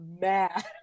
mad